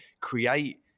create